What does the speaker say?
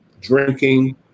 drinking